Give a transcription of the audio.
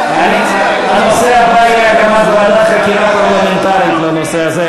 אדוני הנושא הבא יהיה הקמת ועדת חקירה פרלמנטרית לנושא הזה.